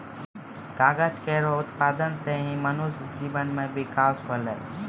कागज केरो उत्पादन सें ही मनुष्य जीवन म बिकास होलै